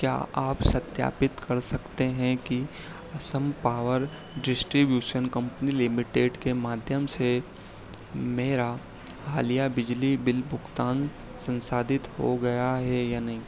क्या आप सत्यापित कर सकते हैं कि Assam power distribution company limited के माध्यम से मेरा हालिया बिजली बिल भुगतान सन्साधित हो गया है या नहीं